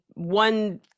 One